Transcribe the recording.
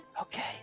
Okay